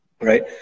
Right